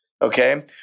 Okay